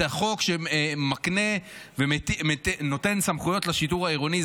החוק שמקנה ונותן סמכויות לשיטור העירוני.